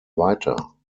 weiter